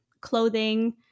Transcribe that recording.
clothing